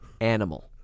Animal